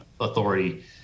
authority